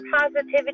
positivity